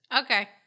Okay